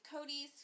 Cody's